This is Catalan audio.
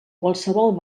qualsevol